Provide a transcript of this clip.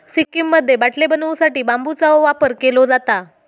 सिक्कीममध्ये बाटले बनवू साठी बांबूचा वापर केलो जाता